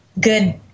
good